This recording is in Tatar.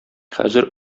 хәзер